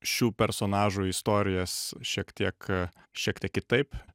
šių personažų istorijas šiek tiek šiek tiek kitaip